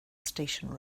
station